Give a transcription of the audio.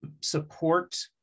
support